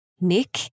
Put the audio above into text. Nick